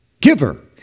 giver